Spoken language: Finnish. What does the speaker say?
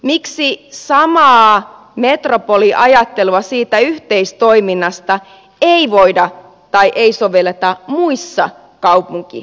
miksi samaa metropoliajattelua siitä yhteistoiminnasta ei voida soveltaa tai ei sovelleta muilla kaupunkiseuduilla